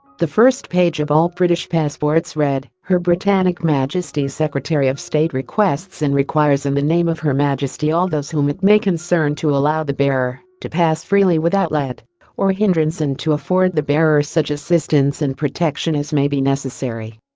the first page of all british passports read her britannic majesty's secretary of state requests and requires in the name of her majesty all those whom it may concern to allow the bearer to pass freely without let or hindrance and to afford the bearer such assistance and protection as may be necessary